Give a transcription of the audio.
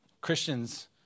Christians